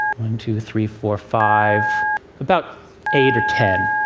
one, two, three, four, five about eight or ten.